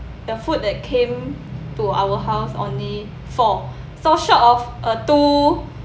the food that came to our house only four so short of uh two